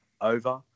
over